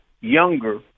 younger